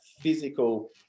physical